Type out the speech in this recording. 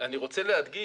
אני רוצה להדגיש